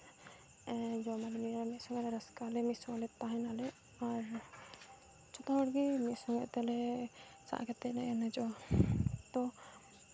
ᱡᱚᱢ ᱟᱞᱮ ᱧᱩᱭ ᱟᱞᱮ ᱢᱤᱫ ᱥᱚᱝᱜᱮ ᱨᱮ ᱨᱟᱹᱥᱠᱟᱹᱜ ᱟᱞᱮ ᱢᱤᱫ ᱥᱚᱝᱜᱮᱛᱮ ᱛᱟᱦᱮᱱᱟᱞᱮ ᱟᱨ ᱡᱚᱛᱚ ᱦᱚᱲᱜᱮ ᱢᱤᱫ ᱥᱚᱝᱜᱮ ᱛᱮᱞᱮ ᱥᱟᱵ ᱠᱟᱛᱮᱫ ᱞᱮ ᱮᱱᱮᱡᱚᱜᱼᱟ ᱛᱚ